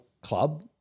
club